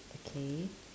okay